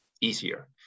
easier